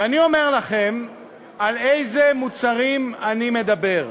ואני אומר לכם על איזה מוצרים אני מדבר.